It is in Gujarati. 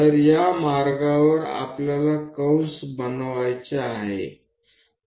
તો આ લીટીઓ પર આપણે ચાપો ચિહ્નિત કરવી પડશે